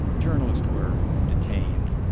journalists were detained,